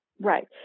Right